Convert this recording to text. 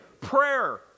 Prayer